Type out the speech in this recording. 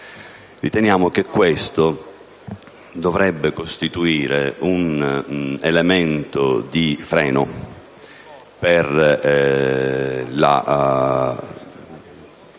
Riteniamo che questo dovrebbe costituire un elemento di freno per le